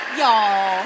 y'all